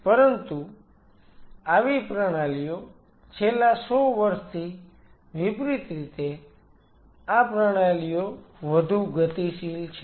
પરંતુ આવી પ્રણાલીઓ છેલ્લા 100 વર્ષથી વિપરીત રીતે આ પ્રણાલીઓ વધુ ગતિશીલ છે